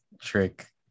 trick